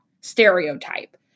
stereotype